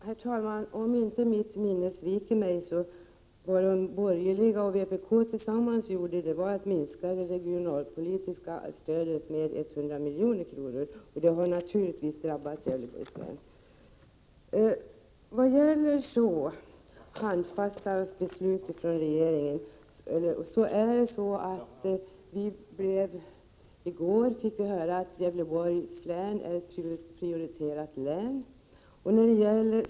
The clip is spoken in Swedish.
Herr talman! Om inte mitt minne sviker mig så minskade vpk och de borgerliga tillsammans det regionalpolitiska stödet med 100 milj.kr., och det har naturligtvis drabbat Gävleborgs län. Vad sedan gäller handfasta beslut från regeringen fick vi i går höra att Gävleborgs län är ett prioriterat län.